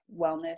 wellness